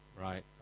right